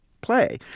play